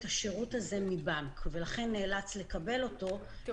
השירות הזה מבנק ולכן נאלץ לקבל אותו במחיר --- את